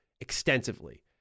extensively